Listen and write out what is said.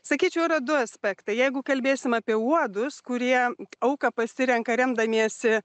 sakyčiau yra du aspektai jeigu kalbėsim apie uodus kurie auką pasirenka remdamiesi